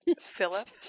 Philip